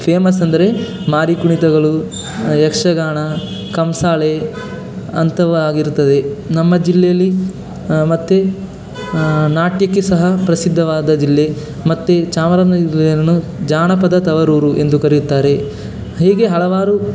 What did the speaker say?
famous ಅಂದರೆ ಮಾರಿ ಕುಣಿತಗಳು ಯಕ್ಷಗಾನ ಕಂಸಾಳೆ ಅಂಥವು ಆಗಿರುತ್ತದೆ ನಮ್ಮ ಜಿಲ್ಲೆಯಲ್ಲಿ ಮತ್ತು ನಾಟ್ಯಕ್ಕೆ ಸಹ ಪ್ರಸಿದ್ಧವಾದ ಜಿಲ್ಲೆ ಮತ್ತು ಚಾಮರಾಜನಗರವನ್ನು ಜಾನಪದ ತವರೂರು ಎಂದು ಕರೆಯುತ್ತಾರೆ ಹೀಗೆ ಹಲವಾರು